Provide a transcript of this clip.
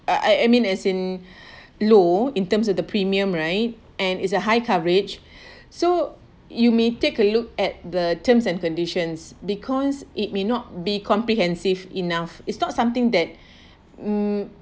I I mean as in low in terms of the premium right and is a high coverage so you may take a look at the terms and conditions because it may not be comprehensive enough it's not something that mm